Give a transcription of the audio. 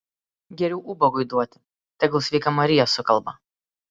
geriau ubagui duoti tegul sveika marija sukalba